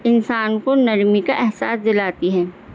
انسان کو نرمی کا احساس دلاتی ہے